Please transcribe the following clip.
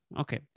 Okay